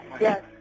Yes